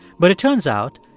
but it turns out,